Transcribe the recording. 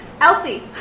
Elsie